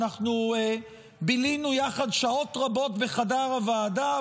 ואנחנו בילינו יחד שעות רבות בחדר הוועדה,